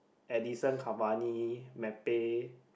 Edinson-Cavani-Mbappe